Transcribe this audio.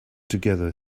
together